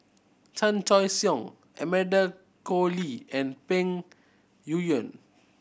Chan Choy Siong Amanda Koe Lee and Peng Yuyun